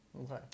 Okay